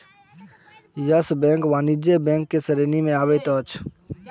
yes Bank वाणिज्य bank के श्रेणी में अबैत अछि